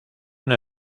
una